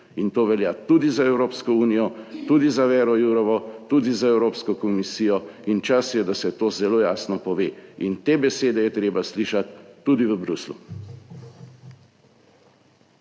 in to velja tudi za Evropsko unijo, tudi za Věro Jourovo, tudi za Evropsko komisijo in čas je, da se to zelo jasno pove. In te besede je treba slišati tudi v Bruslju.